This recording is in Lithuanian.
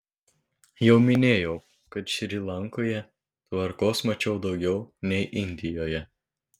jau minėjau kad šri lankoje tvarkos mačiau daugiau nei indijoje